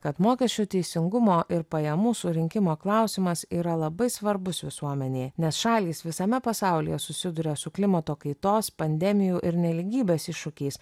kad mokesčių teisingumo ir pajamų surinkimo klausimas yra labai svarbus visuomenei nes šalys visame pasaulyje susiduria su klimato kaitos pandemijų ir nelygybės iššūkiais